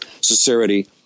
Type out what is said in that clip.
sincerity